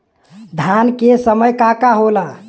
धान के समय का का होला?